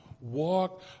walk